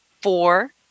Four